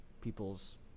people's